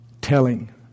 telling